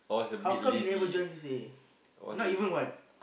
how come you never join C_C_A not even one